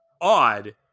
odd